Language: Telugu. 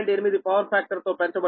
8 పవర్ ఫ్యాక్టర్ తో పెంచబడుతుంది